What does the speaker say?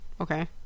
Okay